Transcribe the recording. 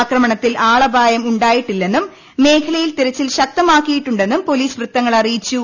ആക്രമണത്തിൽ ആള്ച്ചായ്ം ഉണ്ടായിട്ടില്ലെന്നും മേഖലയിൽ തിരച്ചിൽ ശക്തമാക്കിയിട്ടുണ്ടെന്നും പോലീസ് വൃത്തങ്ങൾ അറിയിച്ചു